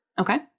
okay